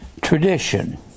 tradition